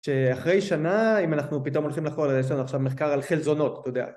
שאחרי שנה, אם אנחנו פתאום הולכים לחול.. יש לנו עכשיו מחקר על חלזונות, אתה יודע.